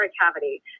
cavity